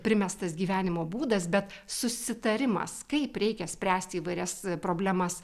primestas gyvenimo būdas bet susitarimas kaip reikia spręsti įvairias problemas